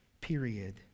period